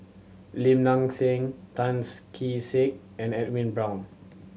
Lim Nang Seng Tan's Kee Sek and Edwin Brown